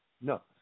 No